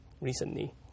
recently